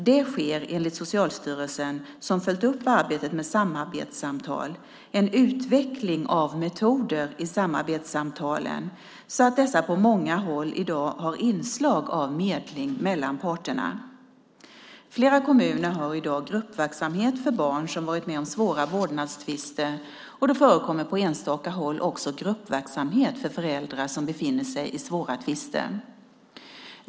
Det sker, enligt Socialstyrelsen som följt upp arbetet med samarbetssamtal, en utveckling av metoder i samarbetssamtalen så att dessa på många håll i dag har inslag av medling mellan parterna. Flera kommuner har i dag gruppverksamhet för barn som varit med om svåra vårdnadstvister, och det förekommer på enstaka håll också gruppverksamhet för föräldrar som befinner sig i svåra tvister.